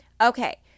Okay